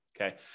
okay